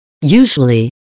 Usually